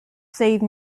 save